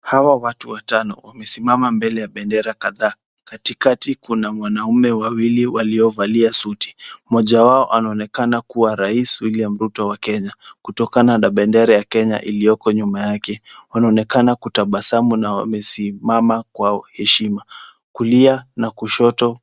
Hawa watu watano wamesimama mbele ya pendera kadhaa katikati Kuna wanaume wawili waliovalia suti, mmoja wao anaonekana kuwa rais Wi Wiliam ruto wa kenya, kutokana na pendera ya Kenya ilioko nyuma yake wanaonekana kutabasamu na wamesimama Kwa heshima, kulia na kushoto